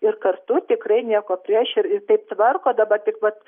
ir kartu tikrai nieko prieš ir taip tvarko dabar tik vat